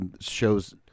shows